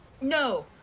No